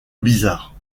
bizarre